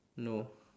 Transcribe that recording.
no